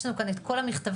יש לנו כאן את כל המכתבים,